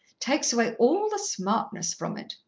takes away all the smartness from it.